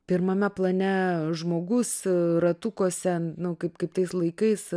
pirmame plane žmogus ratukuose nu kaip kaip tais laikais